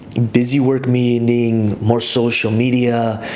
busy work meaning more social media,